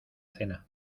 cena